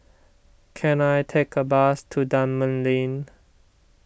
can I take a bus to Dunman Lane